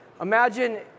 Imagine